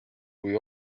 kui